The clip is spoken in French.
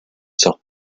sors